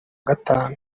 gatanu